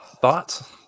Thoughts